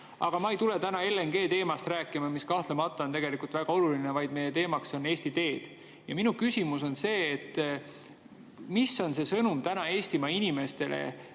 Aga ma ei tule täna rääkima LNG‑teemast, mis kahtlemata on väga oluline, vaid meie teemaks on Eesti teed. Minu küsimus on see, et mis on see sõnum täna Eestimaa inimestele,